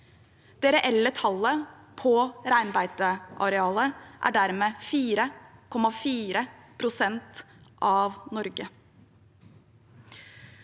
Det reelle tallet på reinbeitearealet er dermed 4,4 pst. av Norge.